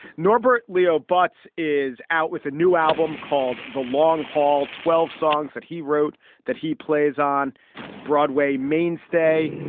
norbert leo butz is out with a new album called the long haul twelve songs that he wrote that he plays on broadway mainstay.